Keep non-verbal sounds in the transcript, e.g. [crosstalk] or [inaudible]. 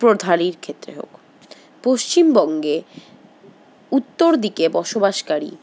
[unintelligible] ক্ষেত্রে হোক পশ্চিমবঙ্গে উত্তরদিকে বসবাসকারী